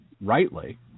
rightly